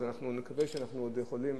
אז אנחנו נקווה שאנחנו עוד יכולים